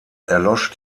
erlosch